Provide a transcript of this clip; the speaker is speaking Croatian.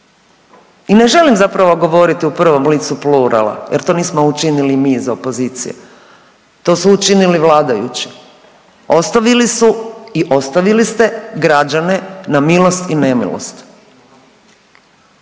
I ne želim zapravo govoriti u prvom licu plurala, jer to nismo učinili mi iz opozicije. To su učinili vladajući. Ostavili su i ostavili ste građane na milost i nemilost.